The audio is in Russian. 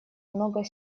много